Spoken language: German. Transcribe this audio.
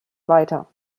weiter